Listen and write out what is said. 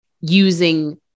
using